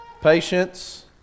Patience